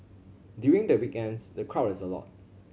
during the weekends the crowd is a lot